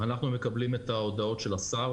אנחנו מקבלים את ההודעות של השר,